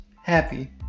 happy